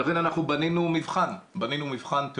ולכן אנחנו בנינו מבחן תיאורטי.